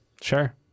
Sure